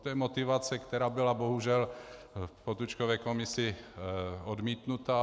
To je motivace, která byla bohužel v Potůčkově komisi odmítnuta.